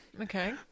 Okay